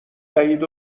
دهید